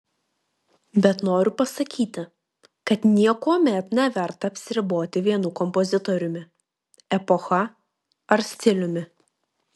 bet noriu pasakyti kad niekuomet neverta apsiriboti vienu kompozitoriumi epocha ar stiliumi